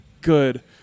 good